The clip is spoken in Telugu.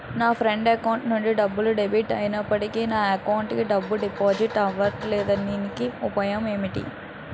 నా ఫ్రెండ్ అకౌంట్ నుండి డబ్బు డెబిట్ అయినప్పటికీ నా అకౌంట్ కి డబ్బు డిపాజిట్ అవ్వలేదుదీనికి ఉపాయం ఎంటి?